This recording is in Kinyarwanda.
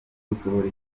gusohora